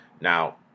Now